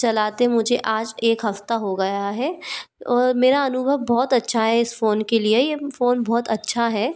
चलाते मुझे आज एक हफ़्ता हो गया हैं मेरा अनुभव बहुत अच्छा है इस फ़ोन के लिए यें फ़ोन बहुत अच्छा है